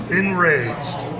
enraged